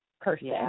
person